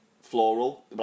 floral